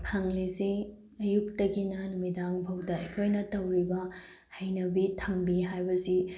ꯐꯪꯂꯤꯁꯤ ꯑꯌꯨꯛꯇꯒꯤꯅ ꯅꯨꯃꯤꯗꯥꯡ ꯐꯥꯎꯗ ꯑꯩꯈꯣꯏꯅ ꯇꯧꯔꯤꯕ ꯍꯩꯅꯕꯤ ꯊꯝꯕꯤ ꯍꯥꯏꯕꯁꯤ